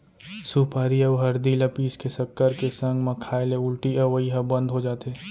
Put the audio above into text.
सुपारी अउ हरदी ल पीस के सक्कर के संग म खाए ले उल्टी अवई ह बंद हो जाथे